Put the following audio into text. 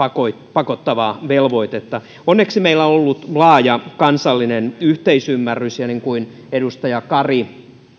pakottavaa velvoitetta onneksi meillä on ollut laaja kansallinen yhteisymmärrys ja niin kuin edustaja kari